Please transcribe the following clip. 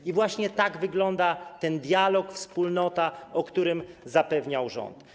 I właśnie tak wygląda ten dialog, wspólnota, to, o czym zapewniał rząd.